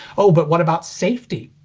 oh but what about safety?